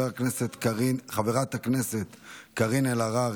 חברת הכנסת קארין אלהרר,